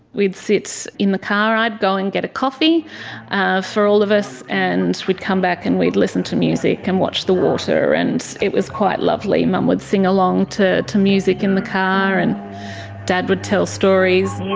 we'd sit in the car, i'd go and get a coffee ah for all of us and we'd come back and we'd listen to music and watch the water and it was quite lovely. mum would sing along to to music in the car and dad would tell stories.